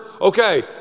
okay